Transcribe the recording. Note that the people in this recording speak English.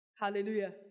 Hallelujah